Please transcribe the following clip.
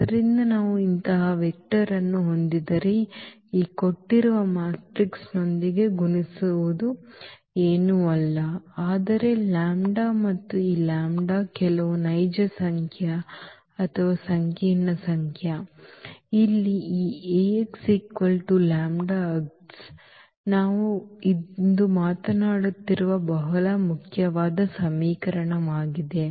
ಆದ್ದರಿಂದ ನಾವು ಅಂತಹ ವೆಕ್ಟರ್ ಅನ್ನು ಹೊಂದಿದ್ದರೆ ಈ ಕೊಟ್ಟಿರುವ ಮ್ಯಾಟ್ರಿಕ್ಸ್ನೊಂದಿಗೆ ಗುಣಿಸುವುದು ಏನೂ ಅಲ್ಲ ಆದರೆ ಲ್ಯಾಂಬ್ಡಾ ಮತ್ತು ಈ ಲ್ಯಾಂಬ್ಡಾ ಕೆಲವು ನೈಜ ಸಂಖ್ಯೆ ಅಥವಾ ಸಂಕೀರ್ಣ ಸಂಖ್ಯೆ ಇಲ್ಲಿ ಈ Ax λx ನಾವು ಇಂದು ಮಾತನಾಡುತ್ತಿರುವ ಬಹಳ ಮುಖ್ಯವಾದ ಸಮೀಕರಣವಾಗಿದೆ